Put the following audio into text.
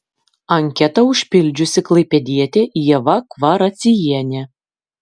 anketą užpildžiusi klaipėdietė ieva kvaraciejienė